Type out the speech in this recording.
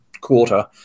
quarter